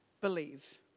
believe